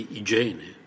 igiene